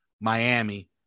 Miami